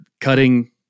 cutting